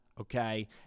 Okay